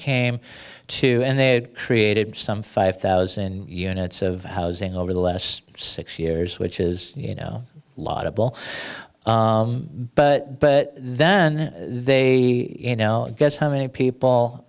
came to and they created some five thousand units of housing over the last six years which is you know a lot of bull but but then they you know guess how many people